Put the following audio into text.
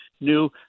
new